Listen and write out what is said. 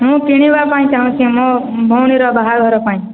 ମୁଁ କିଣିବା ପାଇଁ ଚାହୁଁଛି ଆମ ଭଉଣୀର ବାହାଘର ପାଇଁ